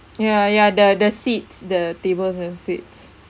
ya ya the the seats the tables and seats